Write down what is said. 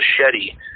machete